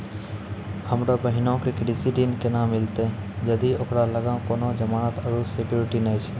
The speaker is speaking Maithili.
हमरो बहिनो के कृषि ऋण केना मिलतै जदि ओकरा लगां कोनो जमानत आरु सिक्योरिटी नै छै?